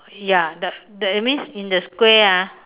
ya the that means in the square ah